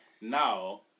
now